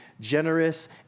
generous